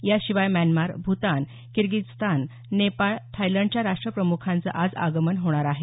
याशिवाय Myanmar Bhutan Kyrgyzstan Nepal थायलंडच्या राष्ट्रप्रमुखांचं आज आगमन होणार आहे